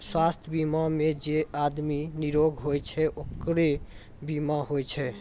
स्वास्थ बीमा मे जे आदमी निरोग होय छै ओकरे बीमा होय छै